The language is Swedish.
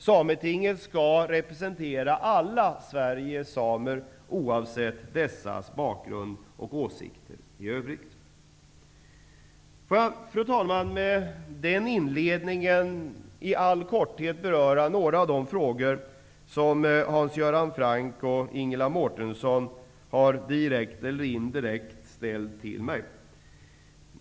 Sametinget skall representera alla Sveriges samer, oavsett dessas bakgrund och åsikter i övrigt. Får jag, fru talman, med den inledningen i all korthet beröra några av de frågor som Hans Göran Franck och Ingela Mårtensson har ställt till mig, direkt eller indirekt.